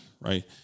right